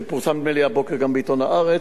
זה פורסם, נדמה לי, הבוקר גם בעיתון "הארץ".